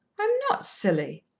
i'm not silly,